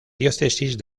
diócesis